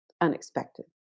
unexpected